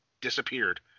disappeared